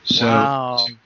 Wow